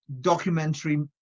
documentary